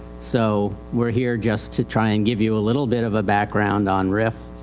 so weire here just to try and give you a little bit of a background on rif.